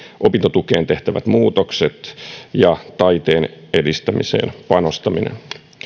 opintotukeen tehtävät muutokset ja taiteen edistämiseen panostaminen